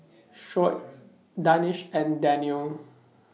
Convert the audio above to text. Shoaib Danish and Daniel